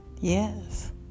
yes